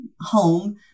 home